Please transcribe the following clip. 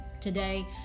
today